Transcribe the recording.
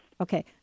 Okay